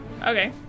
Okay